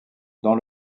dans